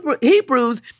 Hebrews